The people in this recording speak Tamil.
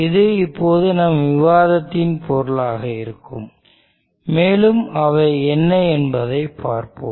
இது இப்போது நம் விவாதத்தின் பொருளாக இருக்கும் மேலும் அவை என்ன என்பதைப் பார்ப்போம்